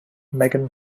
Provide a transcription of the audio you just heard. megan